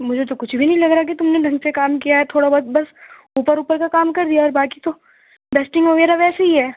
مجھے تو کچھ بھی نہیں لگ رہا کہ تم نے ڈھنگ سے کام کیا ہے تھوڑا بہت بس اوپر اوپر کا کام کردیا ہے اور باقی تو ڈسٹنگ وغیرہ ویسی ہی ہے